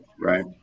Right